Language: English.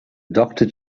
doctor